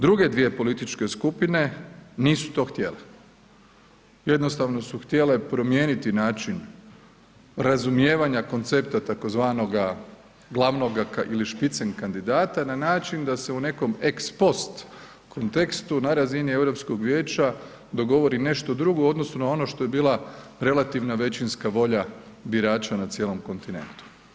Druge dvije političke skupine nisu to htjele, jednostavno su htjele promijeniti način razumijevanja koncepta tzv. glavnoga ili špicen kandidata na način da se u nekom ex post kontekstu na razini Europskog vijeća dogovori nešto drugo u odnosu na ono što je bila relativna većinska volja birača na cijelom kontinentu.